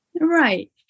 Right